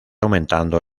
aumentando